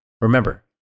remember